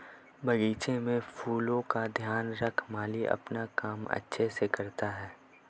बगीचे के फूलों का ध्यान रख माली अपना काम अच्छे से करता है